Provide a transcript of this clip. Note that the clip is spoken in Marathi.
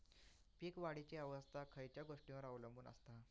पीक वाढीची अवस्था खयच्या गोष्टींवर अवलंबून असता?